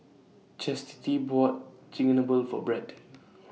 Chastity bought Chigenabe For Brett